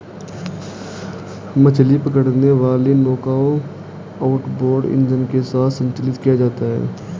मछली पकड़ने वाली नौकाओं आउटबोर्ड इंजन के साथ संचालित किया जाता है